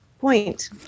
point